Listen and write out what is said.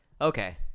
Okay